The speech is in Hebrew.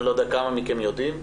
אני לא יודע כמה מכם יודעים,